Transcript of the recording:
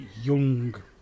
young